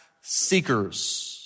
seekers